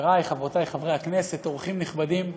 חברי וחברותי חברי הכנסת, אורחים נכבדים,